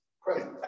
credit